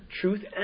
truth